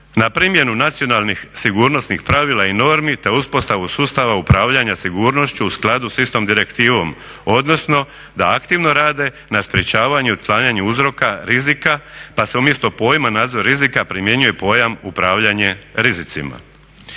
na primjenu nacionalnih sigurnosnih pravila i normi te uspostavu sustava upravljanja sigurnošću sa u skladu sa istom direktivom, odnosno da aktivno rade na sprječavanju i otklanjanju uzroka rizika pa se umjesto pojma nadzor rizika primjenjuje pojam upravljanje rizicima.